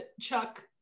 chuck